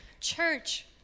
Church